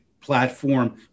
platform